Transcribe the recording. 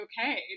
okay